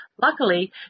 Luckily